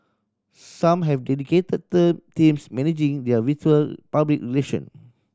some have dedicated teams managing their virtual public relation